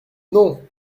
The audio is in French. non